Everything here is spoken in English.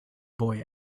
boy